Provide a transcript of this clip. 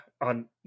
on